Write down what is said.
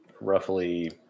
roughly